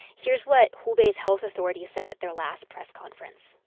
here's what hubei's health authorities said at their last press conference.